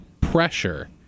pressure